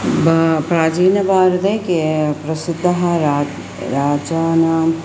भारते प्राचीनभारते केषां प्रसिद्धानां राजा राज्ञां